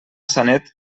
sanet